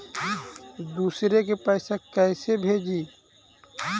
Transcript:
दुसरे के पैसा कैसे भेजी?